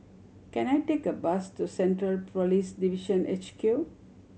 can I take a bus to Central Police Division H Q